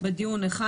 בדיון אחד,